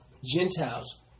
Gentiles